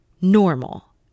normal